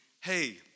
hey